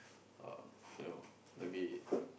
um you know maybe